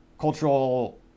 cultural